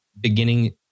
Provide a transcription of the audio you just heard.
beginning